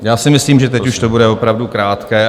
Já si myslím, že teď už to bude opravdu krátké.